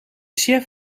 chef